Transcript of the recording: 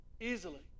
Easily